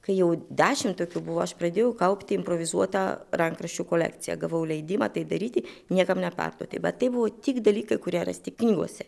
kai jau dešim tokių buvo aš pradėjau kaupti improvizuotą rankraščių kolekciją gavau leidimą tai daryti niekam neperduoti bet tai buvo tik dalykai kurie rasti knygose